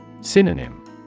Synonym